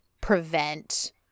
prevent